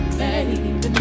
baby